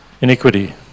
iniquity